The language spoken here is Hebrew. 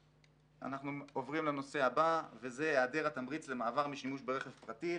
אנחנו עוברים לנושא הבא וזה היעדר התמריץ למעבר משימוש ברכב פרטי.